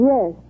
Yes